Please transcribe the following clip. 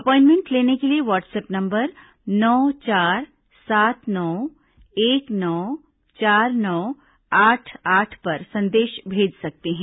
appointment लेने के लिए वाट्सऐप नंबर नौ चार सात नौ एक नौ चार नौ आठ आठ पर संदेश भेज सकते हैं